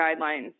guidelines